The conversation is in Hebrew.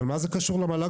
אבל מה זה קשור למל"ג?